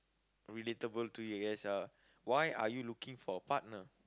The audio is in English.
relatable to you guys uh why are you looking for a partner